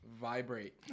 Vibrate